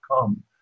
come